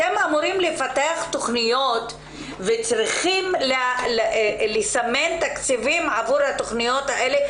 אתם אמורים לפתח תכניות וצריכים לסמן תקציבים עבור התכניות האלה,